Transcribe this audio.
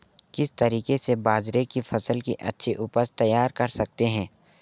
किस तरीके से बाजरे की फसल की अच्छी उपज तैयार कर सकते हैं?